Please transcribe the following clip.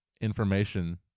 information